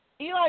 Eli